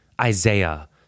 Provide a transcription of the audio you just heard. Isaiah